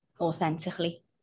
authentically